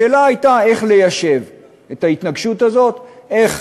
השאלה הייתה איך ליישב את ההתנגשות הזאת, איך